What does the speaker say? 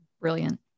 Brilliant